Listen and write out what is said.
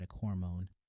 hormone